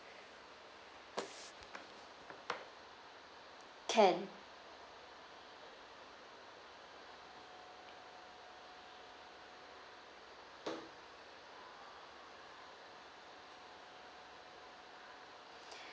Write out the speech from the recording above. can